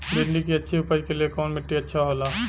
भिंडी की अच्छी उपज के लिए कवन मिट्टी अच्छा होला?